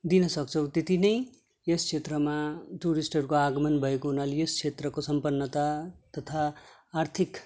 दिन सक्छौँ त्यति नै यस क्षेत्रमा टुरिस्टहरूको आगमन भएको हुनाले यस क्षेत्रको सम्पन्नता तथा आर्थिक